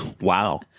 Wow